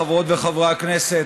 חברות וחברי הכנסת,